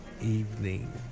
evening